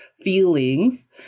feelings